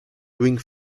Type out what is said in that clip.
doing